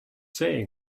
saying